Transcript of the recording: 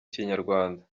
kinyarwanda